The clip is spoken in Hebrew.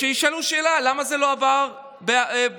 שישאלו שאלה: למה זה לא עבר בזמנו?